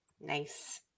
Nice